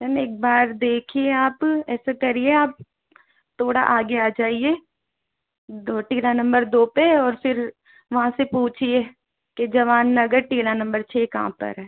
ma'am एक बार देखिए आप ऐसा करिए आप थोड़ा आगे आ जाए टीला नंबर दो पर और फिर वहाँ से पूछिए कि जवान नगर टीला नंबर छः कहाँ पर है